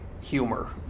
humor